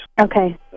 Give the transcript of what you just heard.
Okay